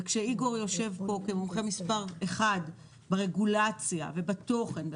וכשאיגור יושב פה כמומחה מספר 1 ברגולציה ובתוכן,